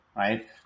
right